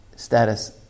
status